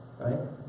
right